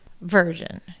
version